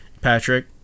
Patrick